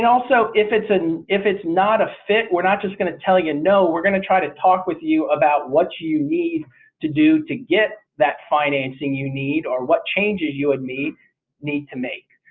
also if it's and if it's not a fit we're not just going to tell you, you know we're going to try to talk with you about what you you need to do to get that financing you need or what changes you and me need to make.